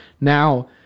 Now